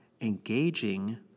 engaging